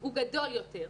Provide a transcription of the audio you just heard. הוא גדול יותר,